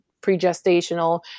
pre-gestational